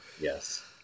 Yes